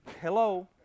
Hello